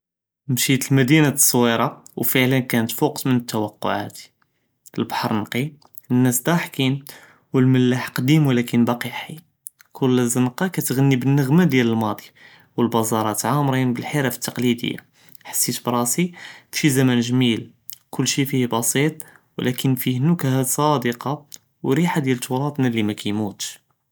משית למדינה צּווירה ו פְעְלָאן כאנת פוק תְּוַקּוּעָאתִי, לְבְּחַר נקִי נאס צָּאחְקִין ו למלאח קדִים ולכִּין באקי חַי, כֻּל זנְקָה כִּתְעְנִי בִּנְעְמָה דיאל למאדִי ו לְבָּאזָארָאת מעמרין בִּלחִרַף לתקלִידִיָה חסית בִּראסִי פי זמָן גְ׳מִיל כֻּל שי פִיהָא בסִיט ולכִּין פִיהָא נְכַּה צָּאדְקָה ו רִיחָה דיאל תְּרָאתנָא לי כמִימוׂתש.